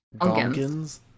Dawkins